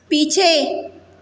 पीछे